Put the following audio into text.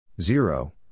zero